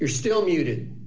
you're still needed